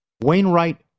Wainwright